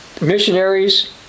missionaries